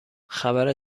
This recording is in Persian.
خبر